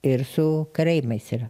ir su karaimais yra